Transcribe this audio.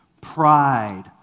Pride